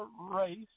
race